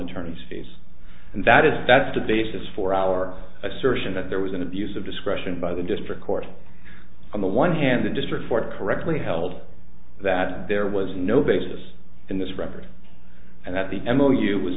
attorney's fees and that is that's the basis for our assertion that there was an abuse of discretion by the district court on the one hand the district court correctly held that there was no basis in this record and that the m o u was